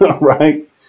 Right